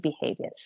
behaviors